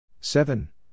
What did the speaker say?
Seven